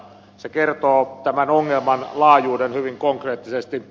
se kertoo tämän ongelman laajuuden hyvin konkreettisesti